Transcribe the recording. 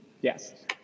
Yes